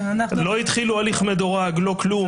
הם לא התחילו הליך מדורג, לא כלום.